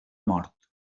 mort